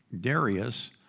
Darius